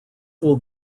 will